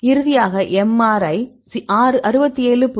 இறுதியாக MR ஐ 67